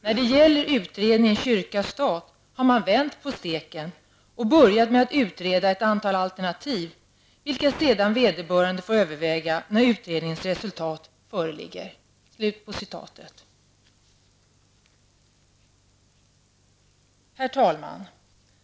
När det gäller utredningen kyrka--stat har man vänt på steken och börjat med att utreda ett antal alternativ, vilka sedan vederbörande får överväga när utredningens resultat föreligger.'' Herr talman!